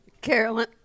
Carolyn